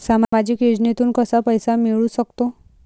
सामाजिक योजनेतून कसा पैसा मिळू सकतो?